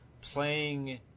playing